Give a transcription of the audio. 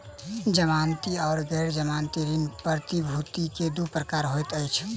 जमानती आर गैर जमानती ऋण प्रतिभूति के दू प्रकार होइत अछि